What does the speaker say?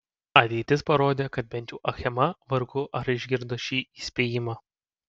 ateitis parodė kad bent jau achema vargu ar išgirdo šį įspėjimą